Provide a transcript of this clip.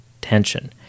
tension